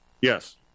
Yes